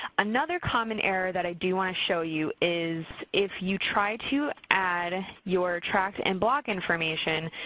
another common error that i do want to show you is if you try to add your tract and block information,